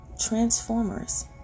Transformers